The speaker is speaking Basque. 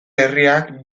herriak